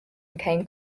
became